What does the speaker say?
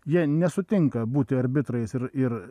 jie nesutinka būti arbitrais ir ir